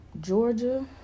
Georgia